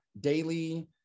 daily